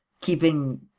keeping